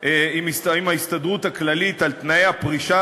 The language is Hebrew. עם ההסתדרות הכללית על תנאי הפרישה,